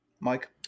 Mike